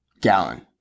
Gallon